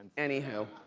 anyhoo.